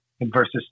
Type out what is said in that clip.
versus